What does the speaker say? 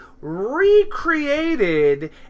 recreated